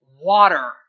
water